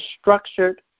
structured